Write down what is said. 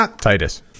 Titus